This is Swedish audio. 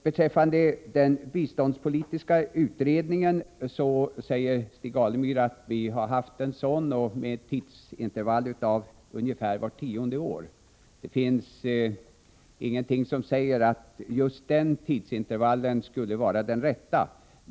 Beträffande den biståndspolitiska utredningen säger Stig Alemyr att vi har haft sådana med tidsintervall på ungefär tio år. Det finns ingenting som säger att just den tidsintervallen skulle vara den rätta.